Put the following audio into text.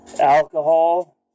alcohol